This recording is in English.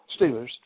Steelers